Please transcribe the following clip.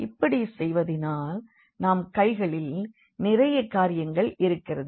இப்படி செய்வதினால் நம் கைகளில் நிறைய காரியங்கள் இருக்கின்றது